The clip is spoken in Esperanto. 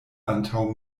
antaŭ